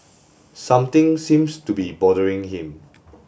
something seems to be bothering him